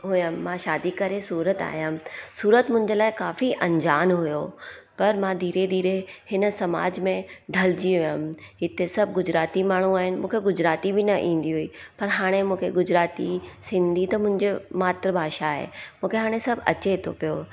हुयमि मां शादी करे सूरत आयमि सूरत मुंहिंजे लाइ काफ़ी अंजान हुयो पर मां धीरे धीरे हिन समाज में ढलिजी वयमि हिते सभु गुजराती माण्हू आहिनि मूंखे गुजराती बि न ईंदी हुई पर हाणे मूंखे गुजराती सिंधी त मुंहिंजी मातृ भाषा आहे मूंखे हाणे सभु अचे थो पियो